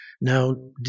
Now